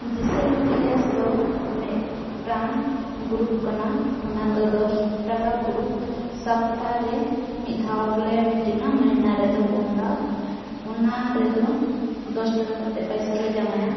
ᱫᱚ ᱢᱤᱫᱴᱟᱝ ᱠᱟᱱᱟ ᱚᱱᱟᱫᱚ ᱫᱚᱥ ᱴᱟᱠᱟ ᱦᱟᱯᱛᱟᱨᱮ ᱢᱤᱫ ᱫᱷᱟᱣᱞᱮ ᱼᱟ ᱢᱟᱹᱦᱱᱟᱹ ᱨᱮᱫᱚ ᱯᱩᱱ ᱫᱷᱟᱣ ᱚᱱᱟ ᱨᱮᱫᱚ ᱫᱚᱥ ᱴᱟᱠᱟ ᱠᱟᱛᱮᱫ ᱯᱚᱭᱥᱟᱞᱮ ᱡᱚᱢᱟᱭᱟ